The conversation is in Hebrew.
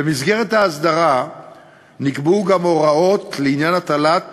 במסגרת ההסדרה נקבעו גם הוראות לעניין הטלת